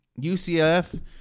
UCF